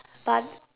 but